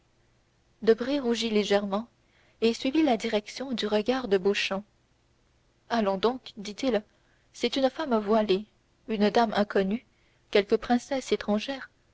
debray rougit légèrement et suivit la direction du regard de beauchamp allons donc dit-il c'est une femme voilée une dame inconnue quelque princesse étrangère